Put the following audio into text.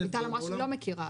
רויטל אמרה שהיא לא מכירה.